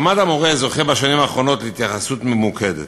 מעמד המורה זוכה בשנים האחרונות להתייחסות ממוקדת,